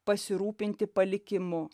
pasirūpinti palikimu